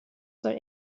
soll